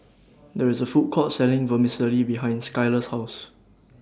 There IS A Food Court Selling Vermicelli behind Skylar's House